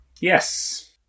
Yes